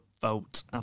vote